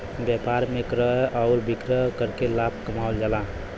व्यापार में क्रय आउर विक्रय करके लाभ कमावल जाला